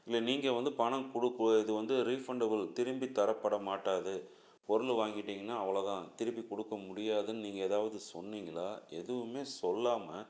இல்லை நீங்கள் வந்து பணம் கொடுக்க இது வந்து ரீஃபண்டபுள் திரும்பி தரப்பட மாட்டாது பொருள் வாங்கிட்டீங்கன்னா அவ்வளோதான் திருப்பி கொடுக்க முடியாதுன்னு நீங்கள் ஏதாவது சொன்னீங்களா எதுவுமே சொல்லாமல்